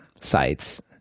sites